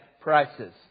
prices